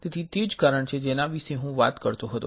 તેથી તે જ કારણ છે જેના વિશે હું વાત કરતો હતો